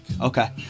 Okay